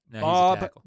Bob